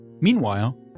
Meanwhile